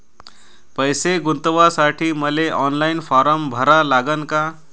पैसे गुंतवासाठी मले ऑनलाईन फारम भरा लागन का?